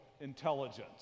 intelligence